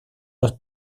los